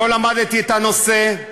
לא למדתי את הנושא,